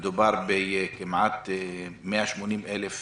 מדובר ב-180 אלף